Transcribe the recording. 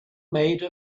made